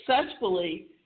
successfully